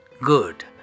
Good